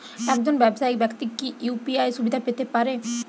একজন ব্যাবসায়িক ব্যাক্তি কি ইউ.পি.আই সুবিধা পেতে পারে?